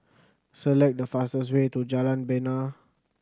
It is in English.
select the fastest way to Jalan Bena